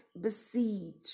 besiege